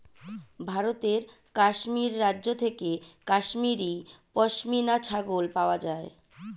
ভারতের কাশ্মীর রাজ্য থেকে কাশ্মীরি পশমিনা ছাগল পাওয়া যায়